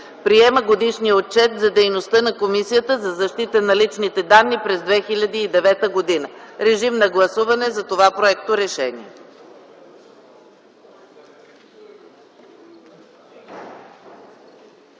Приема Годишния отчет за дейността на Комисията за защита на личните данни през 2009 г.”. Режим на гласуване за това проекторешение.